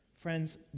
Friends